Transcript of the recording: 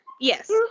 yes